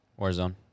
Warzone